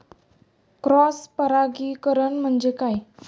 Cross परागीकरण म्हणजे काय?